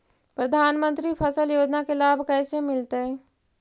प्रधानमंत्री फसल योजना के लाभ कैसे मिलतै?